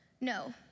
no